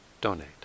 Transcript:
donate